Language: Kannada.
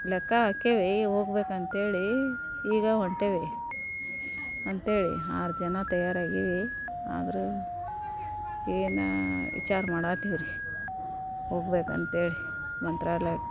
ಲೆಕ್ಕ ಹಾಕೇವಿ ಹೋಗ್ಬೇಕಂತ್ಹೇಳಿ ಈಗ ಹೊಂಟೇವಿ ಅಂತ್ಹೇಳಿ ಆರು ಜನ ತಯಾರಾಗೀವಿ ಆದರೂ ಏನು ವಿಚಾರ ಮಾಡತೇವೆ ರಿ ಹೋಗ್ಬೇಕಂತ್ಹೇಳಿ ಮಂತ್ರಾಲಯಕ್ಕೆ